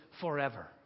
forever